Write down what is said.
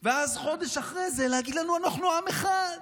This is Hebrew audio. ואז, חודש אחרי זה, להגיד לנו "אנחנו עם אחד".